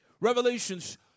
Revelations